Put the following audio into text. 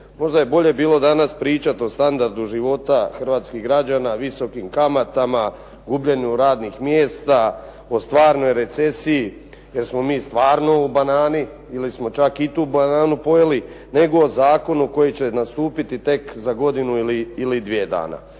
možda je bilo danas pričati o standardu života hrvatskih građana, visokim kamatama, gubljenju radnih mjesta, o stvarnoj recesiji, jesmo li stvarno u banani ili smo čak i tu bananu pojeli, nego o zakonu koji će nastupiti tek za godinu ili dvije dana.